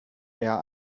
eher